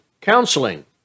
counseling